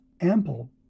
ample